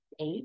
eight